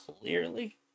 clearly